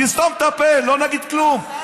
תסתום את הפה, לא נגיד כלום.